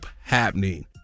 happening